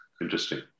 Interesting